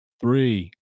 three